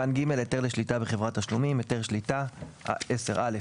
היתר שליטה 10. (א)